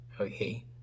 Okay